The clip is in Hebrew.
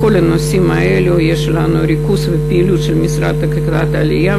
בכל הנושאים האלה יש לנו ריכוז ופעילות של המשרד לקליטת העלייה,